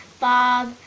Bob